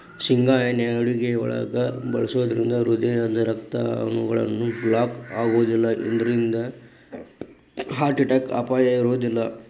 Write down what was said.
ಶೇಂಗಾ ಎಣ್ಣೆ ಅಡುಗಿಯೊಳಗ ಬಳಸೋದ್ರಿಂದ ಹೃದಯದ ರಕ್ತನಾಳಗಳು ಬ್ಲಾಕ್ ಆಗೋದಿಲ್ಲ ಇದ್ರಿಂದ ಹಾರ್ಟ್ ಅಟ್ಯಾಕ್ ಅಪಾಯ ಇರೋದಿಲ್ಲ